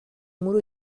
muri